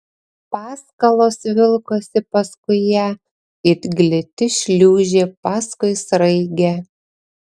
paskalos vilkosi paskui ją it gliti šliūžė paskui sraigę